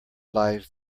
lies